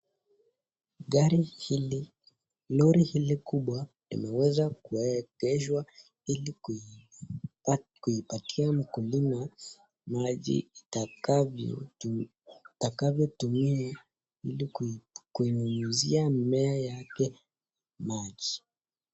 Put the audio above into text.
Gari hili, lori hili kubwa limeweza kuegeshwa ili kuipatia mkulima maji itakavyotumia ili kuinyunyizia mimea yake maji.